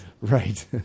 Right